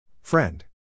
Friend